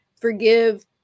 Forgive